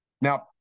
now